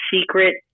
Secret